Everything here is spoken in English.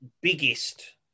biggest